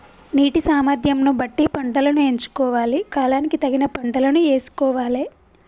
నీటి సామర్థ్యం ను బట్టి పంటలను ఎంచుకోవాలి, కాలానికి తగిన పంటలను యేసుకోవాలె